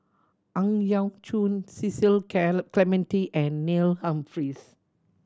Ang Yau Choon Cecil Clementi and Neil Humphreys